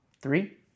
Three